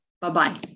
Bye-bye